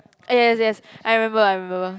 eh yes yes I remember I remember